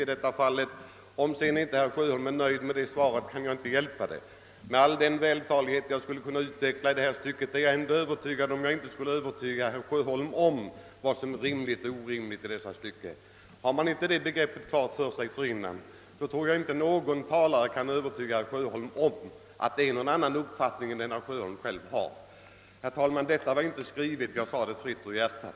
Om herr Sjöholm inte är nöjd härmed kan jag inte hjälpa det. Vilken vältalighet jag än försökte utveckla i denna fråga skulle jag inte kunna övertyga herr Sjöholm om vad som är rimligt och vad som är orimligt i detta stycke. Har herr Sjöholm inte från början detta klart för sig tror jag inte att någon talare kan övertyga honom om att det är en annan uppfattning än herr Sjöholms som är rimlig. Herr talman! Detta var inte skrivet; jag sade det fritt ur hjärtat.